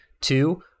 two